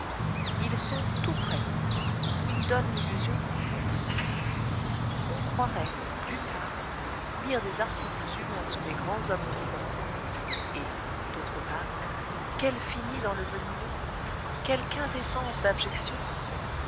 ils sont tout prêts ils donnent l'illusion complète on croirait d'une part lire des articles humains sur les grands hommes vivants et d'autre part quel fini dans le vermineux quelle quintessence d'abjection